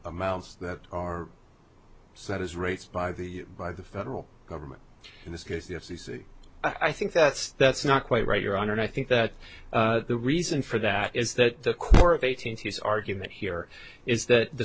amounts that are set as rates by the by the federal government in this case the f c c i think that's that's not quite right your honor and i think that the reason for that is that the core of eighteenth use argument here is that the